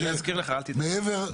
אני אזכיר לך, אל תדאג.